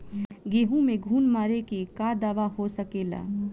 गेहूँ में घुन मारे के का दवा हो सकेला?